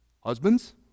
Husbands